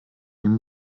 ihm